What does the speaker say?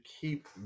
keep